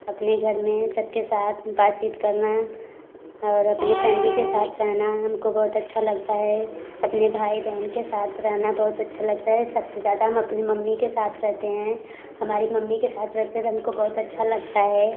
अपने घर में सब के साथ बातचीत करना और अपने फैमली के साथ रहना हमको बहुत अच्छा लगता है अपने भाई बहन के साथ रहना बहुत अच्छा लगता है सबसे ज़्यादा हम अपनी मम्मी के साथ रहते हैं हमारे मम्मी के साथ रहते तो हमको बहुत अच्छा लगता है